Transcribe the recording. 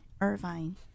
Irvine